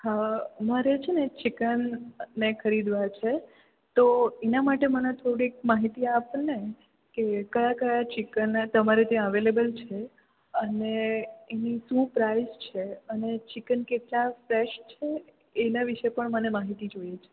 હા મારે છે ને ચિકનને ખરીદવા છે તો એના માટે મને થોડીક માહિતી આપને કે કયા કયા ચિકન તમારે ત્યાં અવેલેબલ છે અને એની શું પ્રાઇઝ છે અને ચિકન કેટલા ફ્રેશ છે એના વિશે પણ મને માહિતી જોઈએ છે